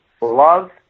love